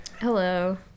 Hello